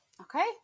okay